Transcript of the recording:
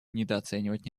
недооценивать